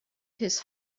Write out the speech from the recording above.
his